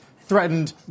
threatened